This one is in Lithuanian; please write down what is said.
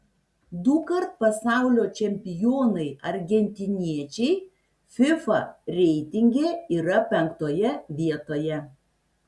dukart pasaulio čempionai argentiniečiai fifa reitinge yra penktoje vietoje